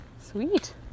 Sweet